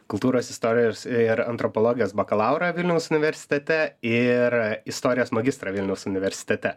kultūros istorijos ir antropologijos bakalaurą vilniaus universitete ir istorijos magistrą vilniaus universitete